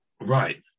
Right